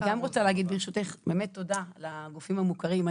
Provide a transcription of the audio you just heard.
אני גם רוצה להגיד ברשותך באמת תודה לגופים המוכרים.